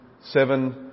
seven